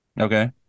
Okay